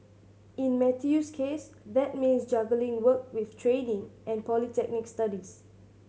in Matthew's case that means juggling work with training and polytechnic studies